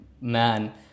man